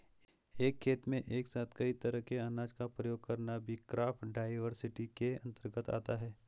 एक खेत में एक साथ कई तरह के अनाज का प्रयोग करना भी क्रॉप डाइवर्सिटी के अंतर्गत आता है